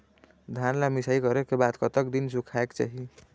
धान ला मिसाई करे के बाद कतक दिन सुखायेक चाही?